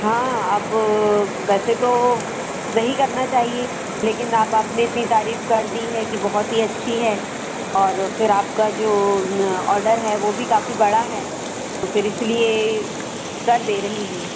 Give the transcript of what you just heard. हाँ अब वैसे तो वह नहीं करना चाहिए लेकिन आप आपने इतनी तारीफ़ कर दी है कि बहुत ही अच्छी है और फिर आपका जो न ऑर्डर है वो भी काफ़ी बड़ा है तो फिर इस लिए कर दे रही हूँ